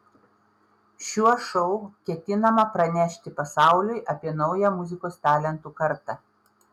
šiuo šou ketinama pranešti pasauliui apie naują muzikos talentų kartą